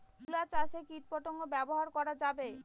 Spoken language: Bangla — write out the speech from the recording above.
তুলা চাষে কীটপতঙ্গ ব্যবহার করা যাবে?